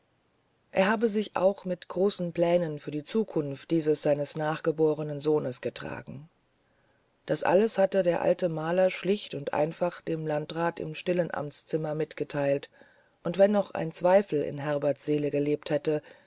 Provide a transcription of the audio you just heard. er habe sich auch mit großen plänen für die zukunft dieses seines nachgeborenen sohnes getragen das alles hatte der alte maler schlicht und einfach dem landrat im stillen amtszimmer mitgeteilt und wenn noch ein zweifel in herberts seele gelebt hätte